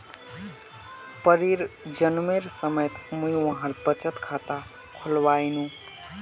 परीर जन्मेर समयत मुई वहार बचत खाता खुलवैयानु